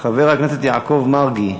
חבר הכנסת יעקב מרגי,